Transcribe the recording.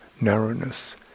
narrowness